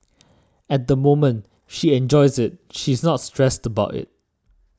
at the moment she enjoys it she's not stressed about it